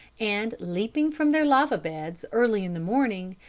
and, leaping from their lava-beds early in the morning,